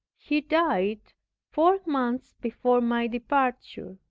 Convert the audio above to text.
he died four months before my departure.